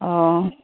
অ